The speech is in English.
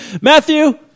Matthew